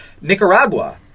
Nicaragua